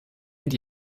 and